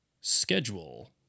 schedule